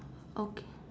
okay